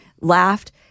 laughed